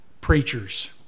preachers